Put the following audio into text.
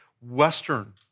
Western